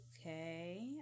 Okay